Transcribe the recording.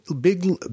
Big